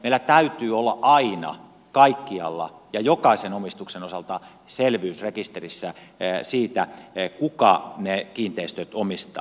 meillä täytyy olla aina kaikkialla ja jokaisen omistuksen osalta selvyys rekisterissä siitä kuka ne kiinteistöt omistaa